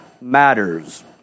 matters